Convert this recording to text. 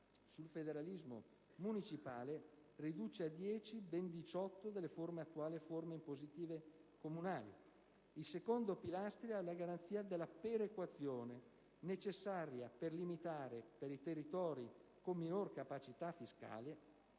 sul federalismo municipale riduce a 10 ben 18 delle attuali forme impositive comunali. Il secondo pilastro è la garanzia della perequazione, necessaria per limitare, per i territori con minor capacità fiscale,